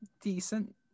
decent